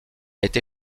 été